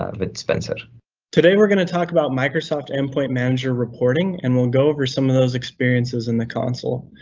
ah but spencer shumway today, we're going to talk about microsoft endpoint manager reporting, and we'll go over some of those experiences in the console.